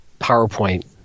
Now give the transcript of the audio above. PowerPoint